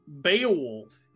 Beowulf